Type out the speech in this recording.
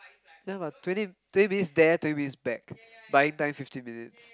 ya but twenty twenty minutes there twenty minutes back buying time fifteen minutes